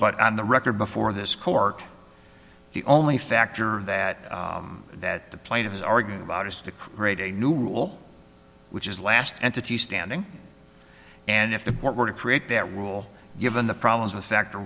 but on the record before this court the only factor that that the plan of his arguing about is to create a new rule which is last entity standing and if they were to create that rule given the problems with factor